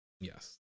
yes